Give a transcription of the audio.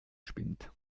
spinnt